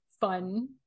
fun